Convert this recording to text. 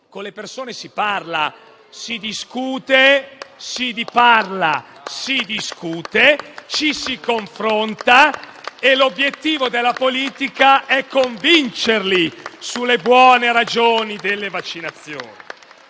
Con le persone si parla, si discute e ci si confronta e l'obiettivo della politica è convincerli delle buone ragioni delle vaccinazioni.